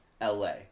LA